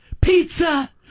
Pizza